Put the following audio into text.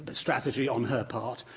strategy on her part,